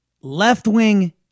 left-wing